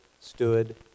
stood